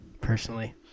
personally